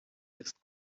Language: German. ist